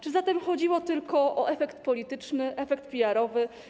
Czy zatem chodziło tylko o efekt polityczny, efekt PR-owski?